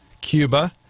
Cuba